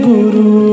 Guru